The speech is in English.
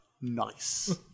Nice